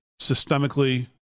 systemically